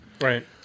Right